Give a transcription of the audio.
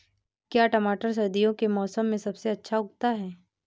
क्या टमाटर सर्दियों के मौसम में सबसे अच्छा उगता है?